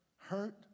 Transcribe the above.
hurt